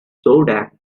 zodiac